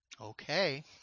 okay